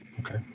Okay